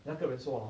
那个人说 hor